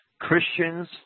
Christians